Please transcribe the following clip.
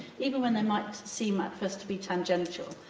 even when they might seem at first to be tangenital.